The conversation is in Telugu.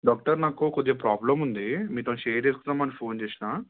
డాక్టర్ నాకు కొద్దిగా ప్రాబ్లం ఉంది మీతో షేర్ చేసుకుందాం అని ఫోన్ చేసిన